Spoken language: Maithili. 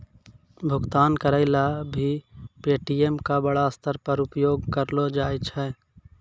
भुगतान करय ल भी पे.टी.एम का बड़ा स्तर पर उपयोग करलो जाय छै